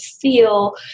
feel